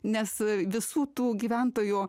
nes visų tų gyventojų